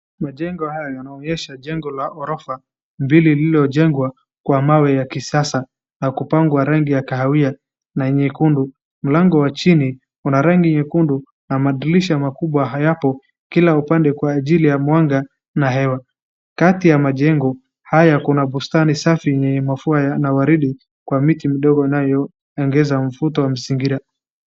Majengo haya yanaonyesha jengo la ghorofa mbili lililojengwa kwa mawe ya kisasa na kupakwa rangi ya kahawia na nyekundu. Mlango wa chini una rangi nyekundu na madirisha makubwa hayapo kila upande kwa ajiri ya mwanga na hewa. Kati ya majengo haya kuna bustani safi yenye maua ya waridi kwa miti midogo yanayoongeza mvuto wa mazingira.